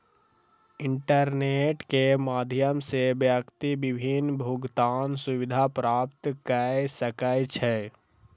internet के माध्यम सॅ व्यक्ति विभिन्न भुगतान सुविधा प्राप्त कय सकै छै